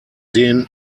den